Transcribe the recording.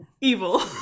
evil